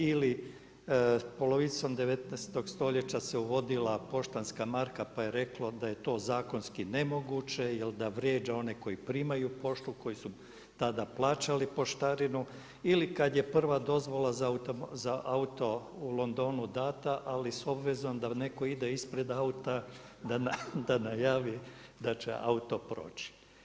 Ili polovicom 19. stoljeća se uvodila poštanska marka pa je reklo da je to zakonski nemoguće jer da vrijeđa one koji primaju poštu, koji su tada plaćali poštarinu ili kad je prva dozvola za auto u Londonu dana ali s obvezom da netko ide ispred auta da najavi da će auto proći.